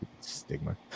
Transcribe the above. stigma